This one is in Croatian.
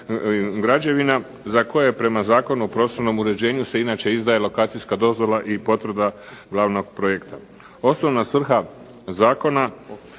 za koje prema Zakonu o prostornom uređenju se inače izdaje lokacijska dozvola i potvrda glavnog projekta. Osnovna svrha zakona